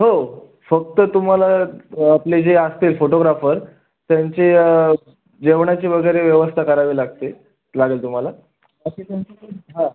हो फक्त तुम्हाला आपले जे असते फोटोग्राफर त्यांची जेवणाची वगैरे व्यवस्था करावी लागते लागेल तुम्हाला बाकी त्यांचं ते हां